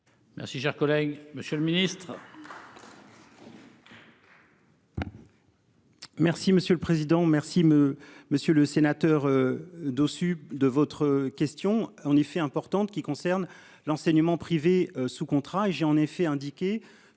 Merci, cher collègue, Monsieur le Ministre.